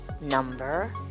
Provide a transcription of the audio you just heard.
number